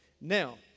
Now